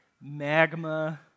magma